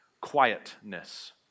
Quietness